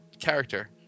character